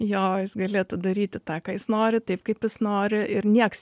jo jis galėtų daryti tą ką jis nori taip kaip jis nori ir nieks